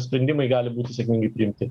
sprendimai gali būti sėkmingai priimti